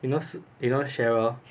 you know shi~ you know cheryl